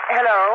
Hello